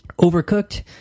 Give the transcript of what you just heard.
Overcooked